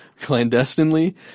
clandestinely